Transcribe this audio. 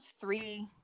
three